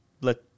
let